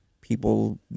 people